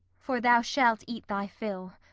for thou shalt eat thy fill.